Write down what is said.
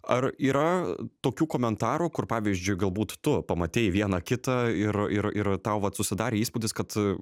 ar yra tokių komentarų kur pavyzdžiui galbūt tu pamatei vieną kitą ir ir ir tau vat susidarė įspūdis kad